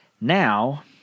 Now